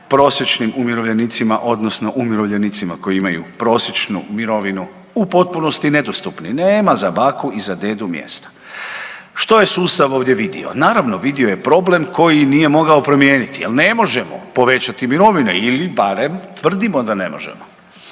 prosječnim umirovljenicima odnosno umirovljenicima koji imaju prosječnu mirovinu u potpunosti. Nema za baku i za dedu mjesta. što je sustav ovdje vidio? Naravno vidio je problem koji nije mogao promijeniti jer ne možemo povećati mirovine ili barem tvrdimo da ne možemo,